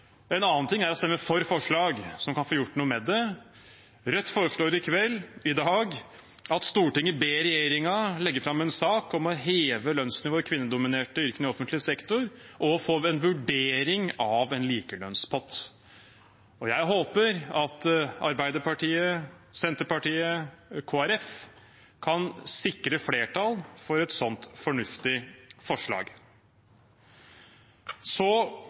En annen ting er å stemme for forslag som kan få gjort noe med det. Rødt foreslår i dag at Stortinget ber regjeringen legge fram en sak om å heve lønnsnivået i de kvinnedominerte yrkene i offentlig sektor og få en vurdering av en likelønnspott. Jeg håper at Arbeiderpartiet, Senterpartiet og Kristelig Folkeparti kan sikre et flertall for et sånt fornuftig forslag.